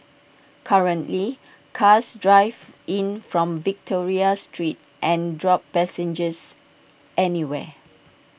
currently cars drive in from Victoria street and drop passengers anywhere